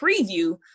preview